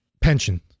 pension